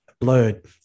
blurred